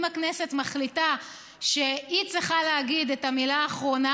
אם הכנסת מחליטה שהיא צריכה להגיד את המילה האחרונה,